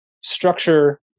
structure